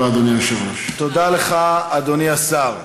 והסקר שאמרתי לך קודם, אדוני היושב-ראש,